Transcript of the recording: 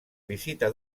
visita